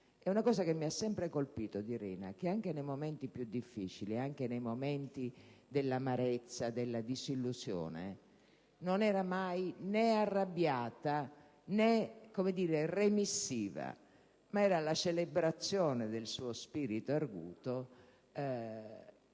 È una cosa che mi ha sempre colpito di Rina: anche nei momenti più difficili, nei momenti dell'amarezza e della disillusione, non era mai né arrabbiata né remissiva, ma era la celebrazione del suo spirito arguto,